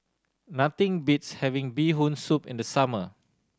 nothing beats having Bee Hoon Soup in the summer